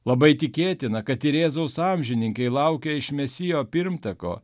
labai tikėtina kad ir jėzaus amžininkai laukė iš mesijo pirmtako